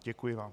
Děkuji vám.